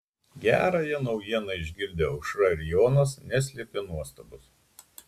gerąją naujieną išgirdę aušra ir jonas neslėpė nuostabos